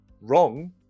wrong